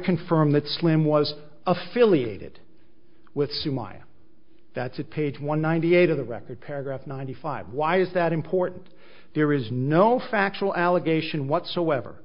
confirm that slim was affiliated with sue my that's at page one ninety eight of the record paragraph ninety five why is that important there is no factual allegation whatsoever